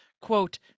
quote